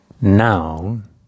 noun